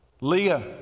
Leah